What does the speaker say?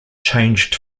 changed